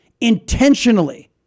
intentionally